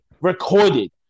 recorded